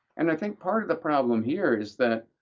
and i think part of the problem here is that